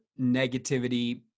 negativity